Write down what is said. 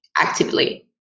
actively